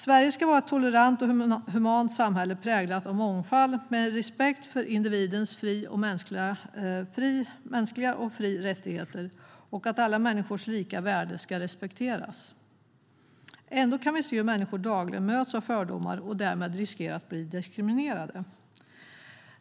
Sverige ska vara ett tolerant och humant samhälle präglat av mångfald med respekt för individens mänskliga fri och rättigheter, och alla människors lika värde ska respekteras. Ändå kan vi se hur människor dagligen möts av fördomar och därmed riskerar att bli diskriminerade.